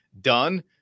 done